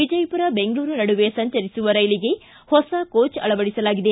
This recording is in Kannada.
ವಿಜಯಪುರ ಬೆಂಗಳೂರು ನಡುವೆ ಸಂಚರಿಸುವ ರೈಲಿಗೆ ಹೊಸ ಕೋಚ್ ಅಳವಡಿಸಲಾಗಿದೆ